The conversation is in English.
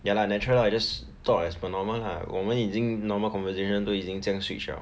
ya lah natural lah just talk as per normal lah 我们已经 normal conversation 都已经这样 switch liao